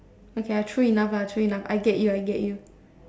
okay lah true enough lah true enough I get you I get you